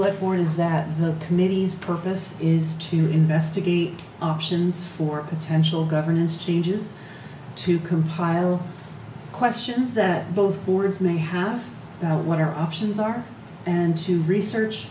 is that the committee's purpose is to investigate options for intentional governance changes to compile questions that both boards may have about what our options are and to research